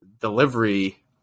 delivery